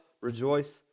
rejoice